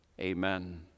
Amen